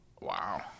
Wow